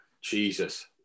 Jesus